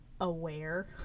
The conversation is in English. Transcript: aware